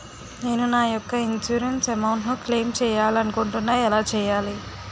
నేను నా యెక్క ఇన్సురెన్స్ అమౌంట్ ను క్లైమ్ చేయాలనుకుంటున్నా ఎలా చేయాలి?